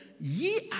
Ye